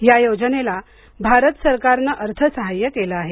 या योजनेला भारत सरकारने अर्थसाहाय्य केलं आहे